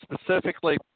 specifically